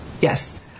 Yes